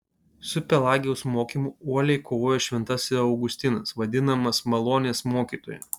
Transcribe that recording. su pelagijaus mokymu uoliai kovojo šventasis augustinas vadinamas malonės mokytoju